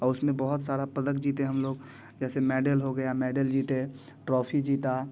औ उसमें बहुत सारे पदक जीते हम लोग जैसे मेडल हो गया मेडल जीते ट्रॉफी जीते